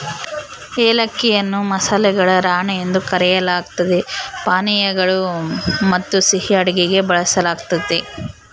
ಏಲಕ್ಕಿಯನ್ನು ಮಸಾಲೆಗಳ ರಾಣಿ ಎಂದು ಕರೆಯಲಾಗ್ತತೆ ಪಾನೀಯಗಳು ಮತ್ತುಸಿಹಿ ಅಡುಗೆಗೆ ಬಳಸಲಾಗ್ತತೆ